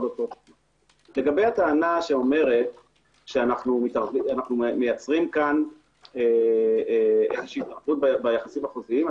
לגבי הטענה שאומרת שאנו מייצרים פה התערבות ביחסים החוזיים,